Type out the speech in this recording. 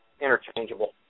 interchangeable